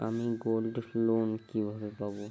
আমি গোল্ডলোন কিভাবে পাব?